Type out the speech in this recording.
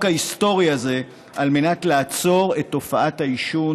ההיסטורי הזה על מנת לעצור את תופעת העישון,